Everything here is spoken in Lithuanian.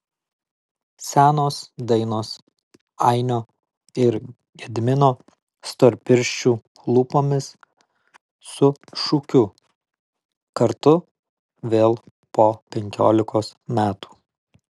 senos dainos ainio ir gedimino storpirščių lūpomis su šūkiu kartu vėl po penkiolikos metų